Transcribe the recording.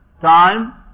time